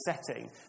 setting